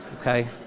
okay